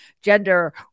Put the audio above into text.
gender